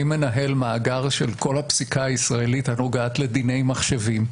אני מנהל מאגר של כל הפסיקה הישראלית הנוגעת לדיני מחשבים,